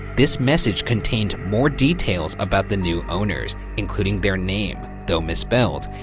this message contained more details about the new owners, including their name, though misspelled,